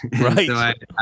Right